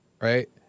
right